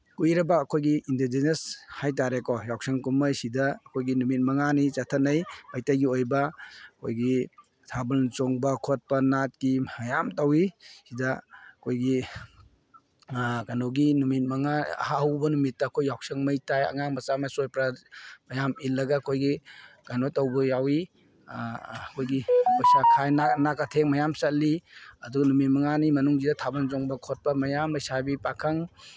ꯀꯨꯏꯔꯕ ꯑꯩꯈꯣꯏꯒꯤ ꯏꯟꯗꯤꯖꯦꯅꯁ ꯍꯥꯏ ꯇꯥꯔꯦꯀꯣ ꯌꯥꯎꯁꯪ ꯀꯨꯝꯍꯩꯁꯤꯗ ꯑꯩꯈꯣꯏꯒꯤ ꯅꯨꯃꯤꯠ ꯃꯉꯥꯅꯤ ꯆꯠꯊꯅꯩ ꯃꯩꯇꯩꯒꯤ ꯑꯣꯏꯕ ꯑꯩꯈꯣꯏꯒꯤ ꯊꯥꯕꯜ ꯆꯣꯡꯕ ꯈꯣꯠꯄ ꯅꯥꯠꯀꯤ ꯃꯌꯥꯝ ꯇꯧꯋꯤ ꯁꯤꯗ ꯑꯩꯈꯣꯏꯒꯤ ꯀꯩꯅꯣꯒꯤ ꯅꯨꯃꯤꯠ ꯃꯉꯥ ꯑꯍꯧꯕ ꯅꯨꯃꯤꯠꯇ ꯑꯩꯈꯣꯏ ꯌꯥꯎꯁꯪ ꯃꯩ ꯊꯥꯏ ꯑꯉꯥꯡ ꯃꯆꯥ ꯃꯁꯨ ꯖꯣꯏꯄꯔ ꯃꯌꯥꯝ ꯏꯜꯂꯒ ꯑꯩꯈꯣꯏꯒꯤ ꯀꯩꯅꯣ ꯇꯧꯕ ꯌꯥꯎꯋꯤ ꯑꯩꯈꯣꯏꯒꯤ ꯄꯩꯁꯥ ꯅꯥꯀꯊꯦꯡ ꯃꯌꯥꯝ ꯆꯠꯂꯤ ꯑꯗꯨ ꯅꯨꯃꯤꯠ ꯃꯉꯥꯅꯤ ꯃꯅꯨꯡꯁꯤꯗ ꯊꯥꯕꯜ ꯆꯣꯡꯕ ꯈꯣꯠꯄ ꯃꯌꯥꯝ ꯂꯩꯁꯥꯕꯤ ꯄꯥꯈꯪ